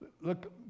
Look